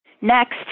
Next